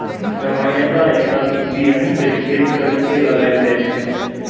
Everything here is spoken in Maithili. सामान्यतः एकर बीहनि कें छेद करि के लगाएल जाइ छै